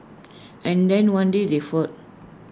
and then one day they fought